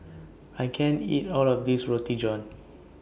I can't eat All of This Roti John